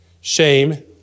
shame